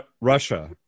Russia